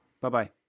Bye-bye